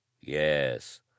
yes